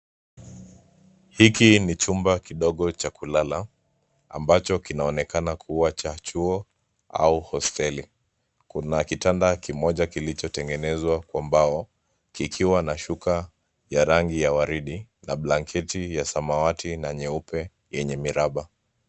Hiki ni chumba kidogo cha kulala ambacho kinaonekana kuwa cha chuo au hosteli. Kuna kitanda kimoja kilichotengenezwa kwa mbao kikiwa na shuka ya rangi ya waridi na blanketi ya samawati na nyeupe yenye miraba.